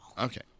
Okay